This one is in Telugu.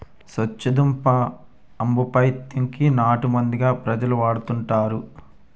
సొచ్చుదుంప ఆంబపైత్యం కి నాటుమందుగా ప్రజలు వాడుతుంటారు